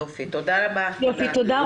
יופי, תודה רבה לכם.